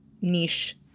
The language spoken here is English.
niche